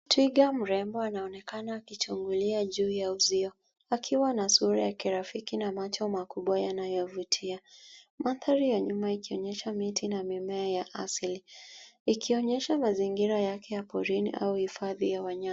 Twiga mrembo anaonekana akichungulia juu ya uzio, akiwa na sura ya kirafiki na macho makubwa yanayovutia. Mandhari ya nyuma ikionyesha miti na mimea ya asili, ikionyesha mazingira yake ya porini au hifadhi ya wanyama.